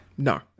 No